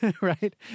right